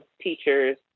teachers